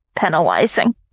penalizing